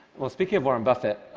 well, speaking of warren buffett,